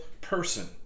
person